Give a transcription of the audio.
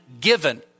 given